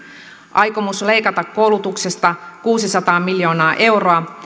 aikomus leikata koulutuksesta kuusisataa miljoonaa euroa